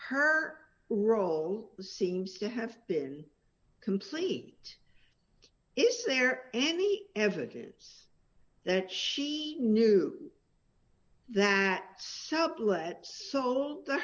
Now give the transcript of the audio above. her role seems to have been complete is there any evidence that she knew that